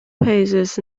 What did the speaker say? paces